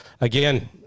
again